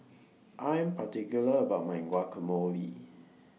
I Am particular about My Guacamole